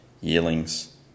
yearlings